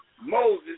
Moses